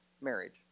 marriage